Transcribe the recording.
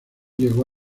llegó